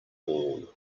all